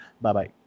Bye-bye